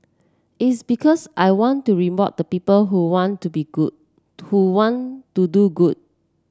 it's because I want to reward the people who want to be good who want to do good